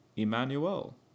Emmanuel